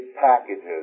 packages